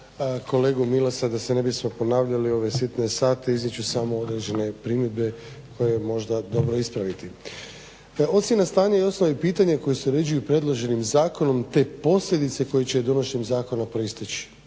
kolegu Milasa da se ne bismo ponavljali u ove sitne sate izreći ću samo određene primjedbe koje je možda dobro ispraviti. Ocjena stanja i osnovna pitanja koja se uređuju predloženim zakonom te posljedice koje će donošenjem zakona proisteći